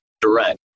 direct